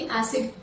acid